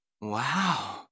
Wow